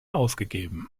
ausgegeben